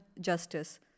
justice